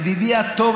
ידידי הטוב,